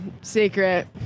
Secret